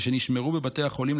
ושנשמרו בבתי החולים,